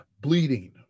bleeding